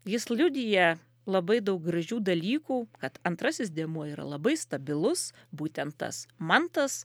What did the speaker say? jis liudija labai daug gražių dalykų kad antrasis dėmuo yra labai stabilus būtent tas mantas